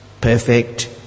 perfect